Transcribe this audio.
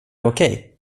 okej